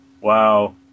Wow